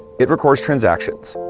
it records transactions,